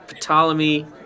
Ptolemy